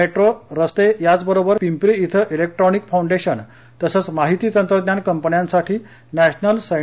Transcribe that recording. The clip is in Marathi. मेट्रो रस्ते याचबरोबर पिंपरी इथं इलेक्ट्रॉनिक फाउंडेशन तसंच माहिती तंत्रज्ञान कंपन्यांसाठी नॅशनल सें